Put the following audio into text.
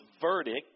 verdict